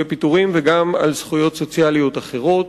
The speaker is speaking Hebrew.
פיטורים וגם על זכויות סוציאליות אחרות.